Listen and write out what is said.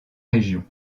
région